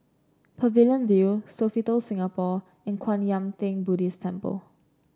Pavilion View Sofitel Singapore and Kwan Yam Theng Buddhist Temple